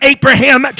Abraham